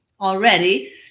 already